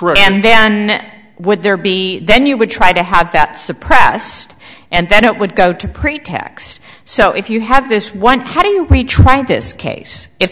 and then would there be then you would try to have that suppress and then it would go to pretax so if you have this one how do you retry this case if